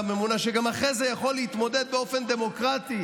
ממונה שאחרי זה גם יכול להתמודד באופן דמוקרטי